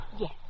Yes